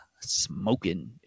smoking